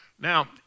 Now